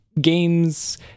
games